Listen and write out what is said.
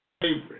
favorite